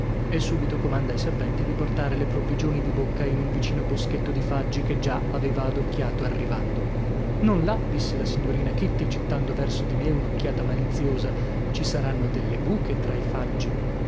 e subito comanda ai serventi di portare le provvigioni di bocca in un vicino boschetto di faggi che già aveva adocchiato arrivando non là disse la signorina kitty gittando verso di me un'occhiata maliziosa ci saranno delle buche tra i faggi